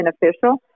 beneficial